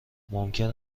ممکن